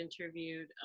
interviewed